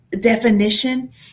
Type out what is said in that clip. definition